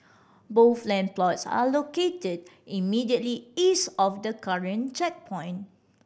both land plots are located immediately east of the current checkpoint